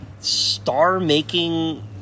star-making